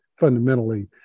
fundamentally